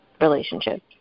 relationship